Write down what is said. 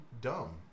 dumb